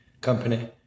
company